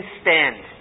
stand